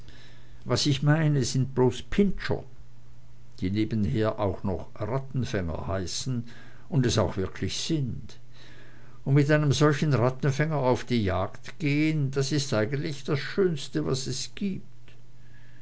was ich meine sind bloß pinscher die nebenher auch noch rattenfänger heißen und es auch wirklich sind und mit einem solchen rattenfänger auf die jagd gehen das ist eigentlich das schönste was es gibt